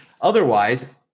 Otherwise